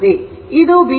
ಇದು b 2